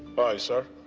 aye, sir.